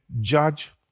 judge